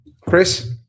Chris